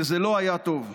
וזה לא היה טוב.